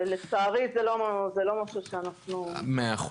לצערי זה לא משהו שאנחנו --- מאה אחוז.